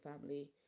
family